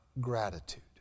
gratitude